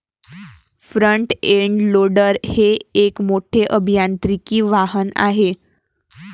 front end loader हे एक मोठे अभियांत्रिकी वाहन आहे